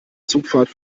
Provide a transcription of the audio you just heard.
zugfahrt